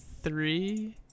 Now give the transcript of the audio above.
three